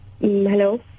hello